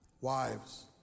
wives